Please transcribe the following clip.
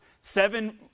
seven